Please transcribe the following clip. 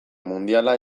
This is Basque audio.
mundiala